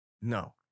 no